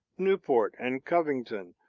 newport and covington,